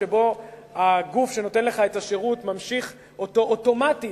שבו הגוף שנותן לך את השירות ממשיך אותו אוטומטית,